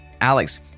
Alex